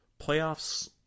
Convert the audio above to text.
Playoffs